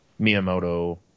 Miyamoto